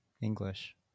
English